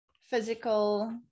physical